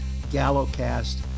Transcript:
GalloCast